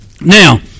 Now